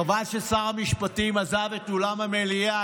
חבל ששר המשפטים עזב את אולם המליאה,